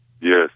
Yes